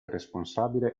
responsabile